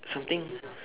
something